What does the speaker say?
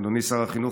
אדוני שר החינוך,